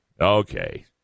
Okay